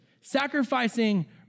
sacrificing